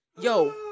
yo